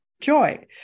joy